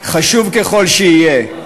חשוב ככל שיהיה,